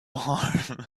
harm